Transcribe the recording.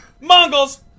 Mongols